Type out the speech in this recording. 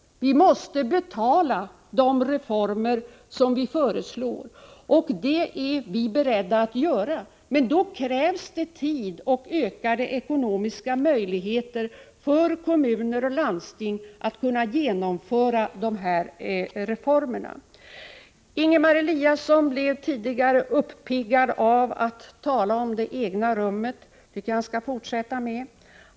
Vi måste betala de reformer som vi föreslår, och det är vi beredda att göra. Men det krävs tid och ökade ekonomiska möjligheter för kommuner och landsting för att kunna genomföra dessa reformer. Ingemar Eliasson blev tidigare uppiggad av att tala om det egna rummet. Det tycker jag han skall fortsätta med.